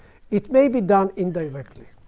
it may be done indirectly.